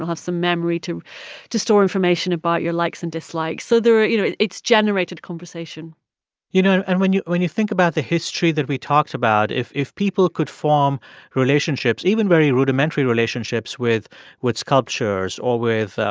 have some memory to to store information about your likes and dislikes. so there are you know, it's generated conversation you know and when you when you think about the history that we talked about, if if people could form relationships, even very rudimentary relationships, with with sculptures or with,